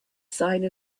sign